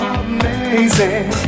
amazing